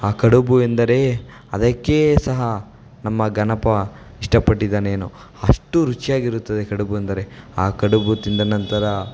ಆ ಕಡುಬು ಎಂದರೇ ಅದಕ್ಕೇ ಸಹ ನಮ್ಮ ಗಣಪ ಇಷ್ಟಪಟ್ಟಿದ್ದಾನೇನೋ ಅಷ್ಟು ರುಚಿಯಾಗಿರುತ್ತದೆ ಕಡುಬು ಅಂದರೆ ಆ ಕಡುಬು ತಿಂದ ನಂತರ